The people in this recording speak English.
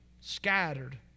scattered